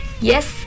yes